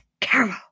Carol